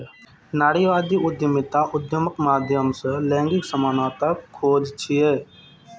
नारीवादी उद्यमिता उद्यमक माध्यम सं लैंगिक समानताक खोज छियै